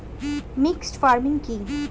Mixed farming কি?